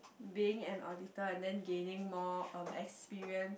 being an auditor and then gaining more um experience